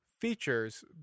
features